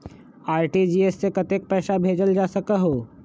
RTGS से कतेक पैसा भेजल जा सकहु???